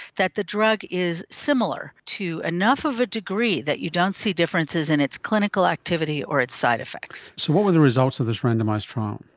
that the drug is similar to another of a degree that you don't see differences in its clinical activity or its side-effects. so what were the results of this randomised trial?